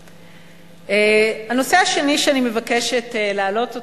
הנושא השני שאני מבקשת להעלות,